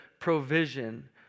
provision